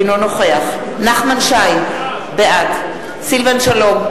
אינו נוכח נחמן שי, בעד סילבן שלום,